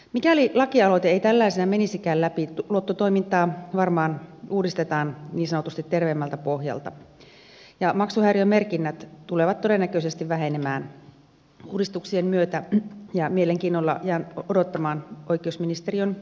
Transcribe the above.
mikäli lakialoite ei tällaisenaan menisikään läpi luottotoimintaa varmaan uudistetaan niin sanotusti terveemmältä pohjalta ja maksuhäiriömerkinnät tulevat todennäköisesti vähenemään uudistuksien myötä ja mielenkiinnolla jään odottamaan oikeusministeriön työryhmän tuloksia